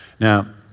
Now